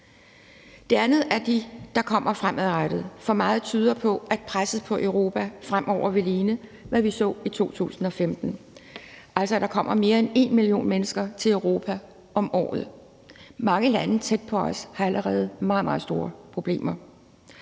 element er dem, der kommer fremadrettet. For meget tyder på, at presset på Europa fremover vil ligne, hvad vi så i 2015, altså at der kommer mere end 1 million mennesker til Europa om året. Mange lande tæt på os har allerede meget, meget